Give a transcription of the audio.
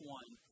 one